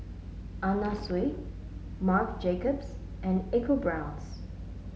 Anna Sui Marc Jacobs and ecoBrown's